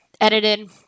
edited